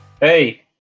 Hey